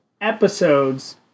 episodes